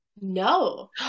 No